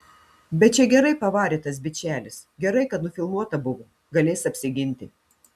bet čia gerai pavarė tas bičelis gerai kad nufilmuota buvo galės apsiginti